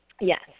Yes